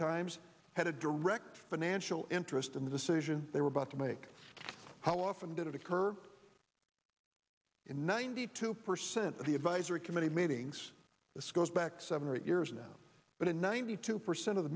times had a direct financial interest in the decision they were about to make how often did it occur in ninety two percent of the advisory committee meetings this goes back seven or eight years now but in ninety two percent of the